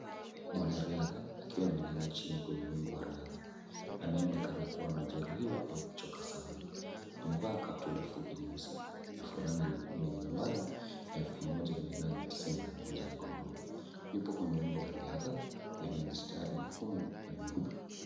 Mwanariadha akiwa amelala chini kwenye umbo wa riadha anayeonekana kuwa amejeruhiwa au kuchoka sana. Amevaa kaptula fupi nyeusi na fulana nyekundu yenye nambari elfu moja mia nane tisini na moja mgongoni. Yupo kwenye umbo wa riadha wenye mistari nyekundu na mieupe.